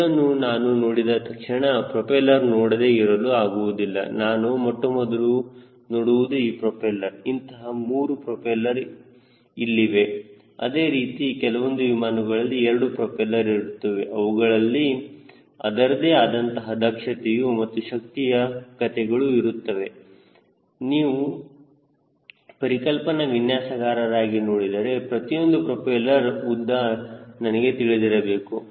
ಇದನ್ನು ನಾನು ನೋಡಿದ ತಕ್ಷಣ ಪ್ರೊಪೆಲ್ಲರ್ ನೋಡದೆ ಇರಲು ಆಗುವುದಿಲ್ಲ ನಾನು ಮೊಟ್ಟಮೊದಲು ನೋಡುವುದು ಈ ಪ್ರೊಪೆಲ್ಲರ್ ಇಂತಹ 3 ಪ್ರೊಪೆಲ್ಲರ್ ಇಲ್ಲಿವೆ ಅದೇ ರೀತಿ ಕೆಲವೊಂದು ವಿಮಾನಗಳಲ್ಲಿ ಎರಡು ಪ್ರೊಪೆಲ್ಲರ್ ಇರುತ್ತವೆ ಅವುಗಳಲ್ಲಿ ಅದರದೇ ಆದಂತಹ ದಕ್ಷತೆಯ ಹಾಗೂ ಶಕ್ತಿಯ ಕಥೆಗಳು ಇರುತ್ತವೆ ಮತ್ತು ನೀವು ಪರಿಕಲ್ಪನಾ ವಿನ್ಯಾಸಕಾರರಾಗಿ ನೋಡಿದರೆ ಪ್ರತಿಯೊಂದು ಪ್ರೊಪೆಲ್ಲರ್ ಉದ್ದ ನನಗೆ ತಿಳಿದಿರಬೇಕು